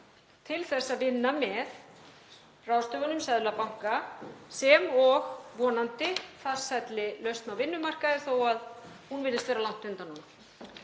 til þess að vinna með ráðstöfunum Seðlabankans sem og vonandi farsælli lausn á vinnumarkaði þó að hún virðist vera langt undan